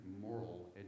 moral